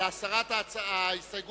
על הסרת ההסתייגות